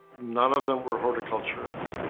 none of them were horticulturists.